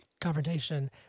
confrontation